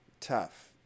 tough